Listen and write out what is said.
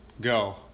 go